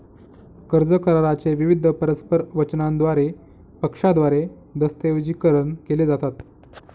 कर्ज करारा चे विविध परस्पर वचनांद्वारे पक्षांद्वारे दस्तऐवजीकरण केले जातात